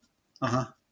(uh huh)